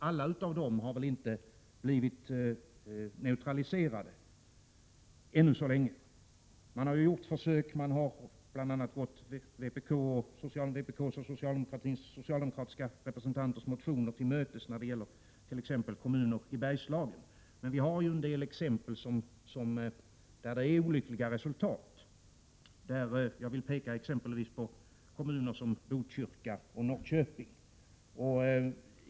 Alla dessa har väl ännu så länge inte blivit neutraliserade. Man har gjort försök och bl.a. gått motionärer från vpk och socialdemokraterna till mötes när det gäller t.ex. kommuner i Bergslagen. Men vi kan anföra exempel på kommuner där resultaten blivit olyckliga. Jag kan därvid peka på kommuner som Botkyrka och Norrköping.